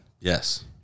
Yes